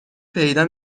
پیدا